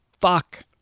fuck